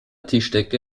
tischdecke